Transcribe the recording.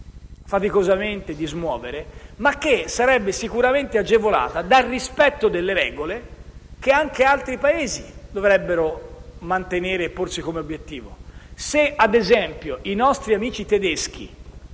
faticosamente di sbloccare, ma che sarebbe sicuramente agevolata dal rispetto delle regole che anche altri Paesi dovrebbero mantenere e porsi come obiettivo. Se, ad esempio, i nostri amici tedeschi